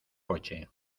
coche